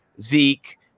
Zeke